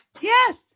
Yes